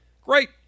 great